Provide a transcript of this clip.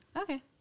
Okay